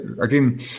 again